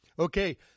Okay